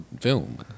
film